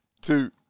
two